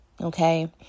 Okay